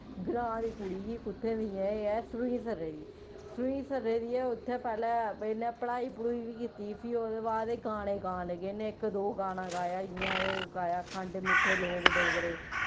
ग्रांऽ दी कुड़ी ही कुत्थें दी ऐ एह् ऐ सरूंईसरै दे सरूंईसरै दी ऐ उत्थें पैह्ले इन्नै पढ़ाई पढ़ुई बी कीती फ्ही ओह्दे बाद एह् गाने गान लगी इन्ने इक दो गाना गाया जियां एह् गाया खंड मिट्ठे लोग डोगरे